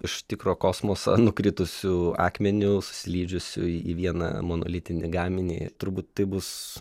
iš tikro kosmoso nukritusiu akmeniu susilydžiusiu į vieną monolitinį gaminį turbūt tai bus